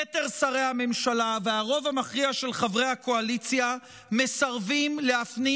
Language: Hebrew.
יתר שרי הממשלה והרוב המכריע של חברי הקואליציה מסרבים להפנים